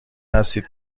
هستید